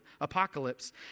apocalypse